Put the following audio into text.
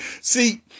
See